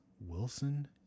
Wilson